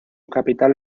capital